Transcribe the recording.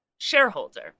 shareholder